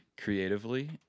creatively